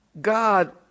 God